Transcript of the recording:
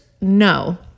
no